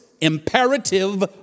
imperative